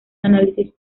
análisis